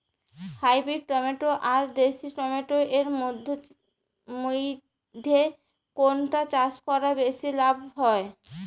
Hybrid tomato আর দেশি tomato এর মইধ্যে কোনটা চাষ করা বেশি লাভ হয়?